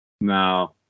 No